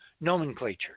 nomenclature